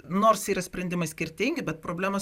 nors yra sprendimai skirtingi bet problemos